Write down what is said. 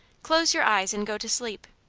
close your eyes and go to sleep.